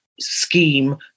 scheme